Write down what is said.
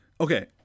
Okay